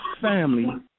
family